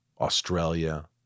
Australia